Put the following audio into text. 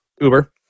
Uber